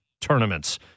tournaments